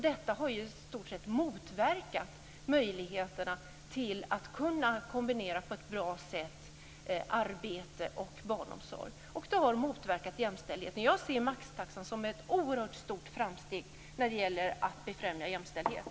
Detta har i stort sett motverkat möjligheterna att på ett bra sätt kombinera arbete och barnomsorg, och det har motverkat jämställdhet. Jag ser maxtaxan som ett oerhört stort framsteg när det gäller att befrämja jämställdhet.